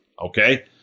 okay